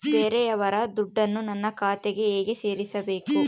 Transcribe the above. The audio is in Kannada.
ಬೇರೆಯವರ ದುಡ್ಡನ್ನು ನನ್ನ ಖಾತೆಗೆ ಹೇಗೆ ಸೇರಿಸಬೇಕು?